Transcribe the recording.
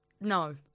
no